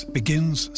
begins